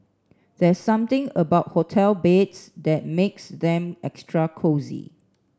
there's something about hotel beds that makes them extra cosy